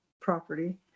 property